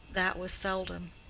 that was seldom.